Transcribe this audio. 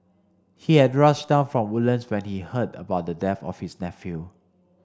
he had rushed down from Woodlands when he heard about the death of his nephew